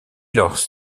leur